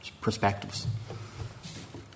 perspectives